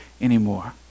anymore